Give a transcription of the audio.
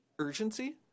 Urgency